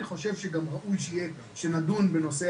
אני חושב שגם ראוי שיהיה ושנדון בנושא